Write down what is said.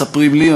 מספרים לי,